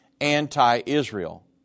anti-Israel